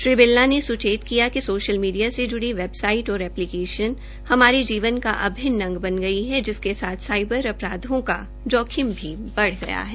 श्री बिरला ने स्चेत किया कि सोशल मीडिया से ज्ड़ी वेबसाइट और ऐप्लीकेशन हमारे जीवन का अभिन्न अंग बन गई है जिसके साथ साइबर अपराधों का जोखिम भी बढ़ गया है